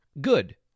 good